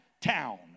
town